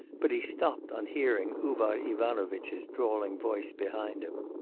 but he stopped on hearing uvar ivanovitch's drawling voice behind him.